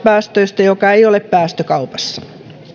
päästöistä joka ei ole päästökaupassa